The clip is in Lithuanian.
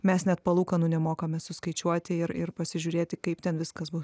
mes net palūkanų nemokame suskaičiuoti ir ir pasižiūrėti kaip ten viskas bus